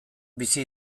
bizi